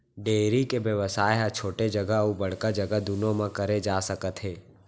dairy के बेवसाय ह छोटे जघा अउ बड़का जघा दुनों म करे जा सकत हे